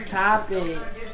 topics